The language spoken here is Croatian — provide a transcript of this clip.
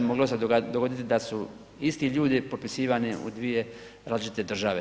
Moglo se dogoditi da su isti ljudi popisivani u dvije različite države.